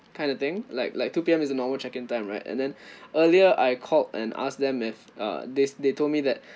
kind of thing like like two P_M is the normal check-in time right and then earlier I called and asked them if uh this they told me that